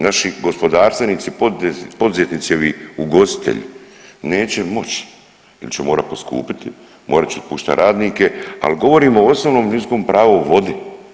Naši gospodarstvenici, poduzetnici ovi ugostitelji neće moći jer ću morat poskupiti, morat ću otpuštat radnike, al govorimo o osnovnom ljudskom pravu o vodi.